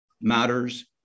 matters